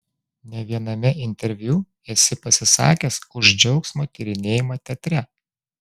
ne viename interviu esi pasisakęs už džiaugsmo tyrinėjimą teatre